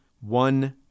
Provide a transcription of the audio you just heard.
one